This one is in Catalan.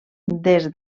des